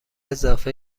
اضافه